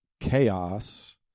chaos